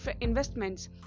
investments